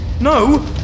No